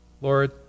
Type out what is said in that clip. lord